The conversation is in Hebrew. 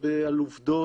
על עובדות,